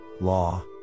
law